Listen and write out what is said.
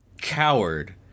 coward